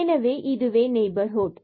எனவே இதுவே நெய்பர்ஹுட்